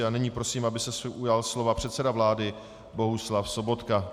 A nyní prosím, aby se ujal slova předseda vlády Bohuslav Sobotka.